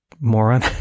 moron